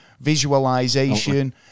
visualization